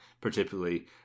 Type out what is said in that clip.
particularly